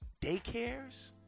daycares